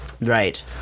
Right